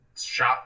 Shot